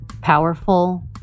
Powerful